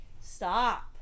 stop